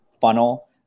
funnel